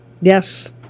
Yes